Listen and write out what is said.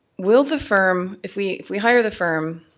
will the firm, if we if we hire the firm,